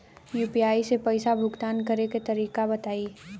UPI से पईसा भुगतान करे के तरीका बताई?